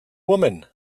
woman